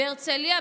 בהרצליה,